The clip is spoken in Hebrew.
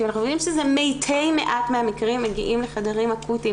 אנחנו רואים שזה מתי מעט מהמקרים מגיעים לחדרים האקוטיים